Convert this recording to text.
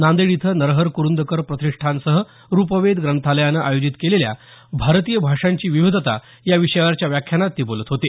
नांदेड इथं नरहर कुरुंदकर प्रतिष्ठानसह रूपवेध ग्रंथालयानं आयोजित केलेल्या भारतीय भाषांची विविधताया विषयावरच्या व्याख्यानात ते बोलत होते